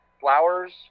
flowers